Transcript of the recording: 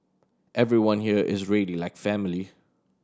everyone here is really like family